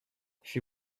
she